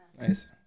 nice